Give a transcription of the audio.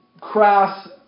crass